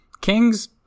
Kings